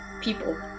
people